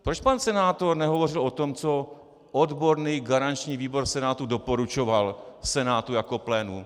Proč pan senátor nehovořil o tom, co odborný garanční výbor Senátu doporučoval Senátu jako plénu?